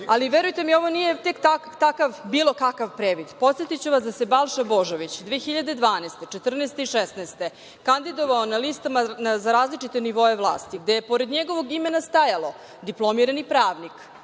predstavlja. Verujte mi ovo nije tek takav bilo kakav previd. Podsetiću vas da se Balša Božović 2012. godine i 2014. i 2016. godine kandidovao na listama za različite nivoe vlasti gde je pored njegovog imena stajalo, diplomirani pravnik